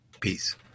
Peace